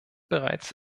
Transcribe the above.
bereits